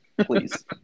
Please